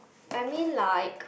I mean like